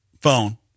phone